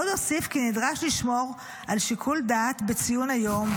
עוד אוסיף כי נדרש לשמור על שיקול דעת בציון היום,